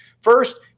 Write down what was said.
First